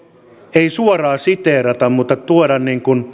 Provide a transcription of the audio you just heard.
ei suoraan siteerata mutta tuoda